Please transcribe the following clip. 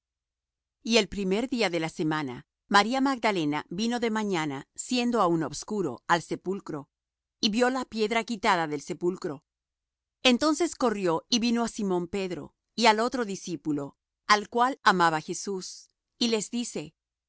y el primer día de la semana maría magdalena vino de mañana siendo aún obscuro al sepulcro y vió la piedra quitada del sepulcro entonces corrió y vino á simón pedro y al otro discípulo al cual amaba jesús y les dice